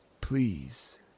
Please